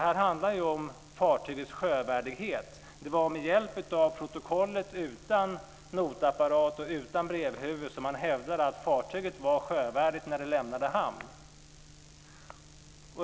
Det handlar ju om fartygets sjövärdighet. Det var med hjälp av protokollet utan notapparat och utan brevhuvud som man hävdade att fartyget var sjövärdigt när det lämnade hamn.